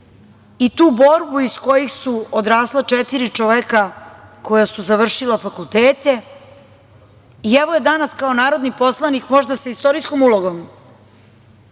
i tu borbu iz koje su odrasla četiri čoveka, koja su završila fakultete. I evo je danas kao narodni poslanik, možda sa istorijskom ulogom,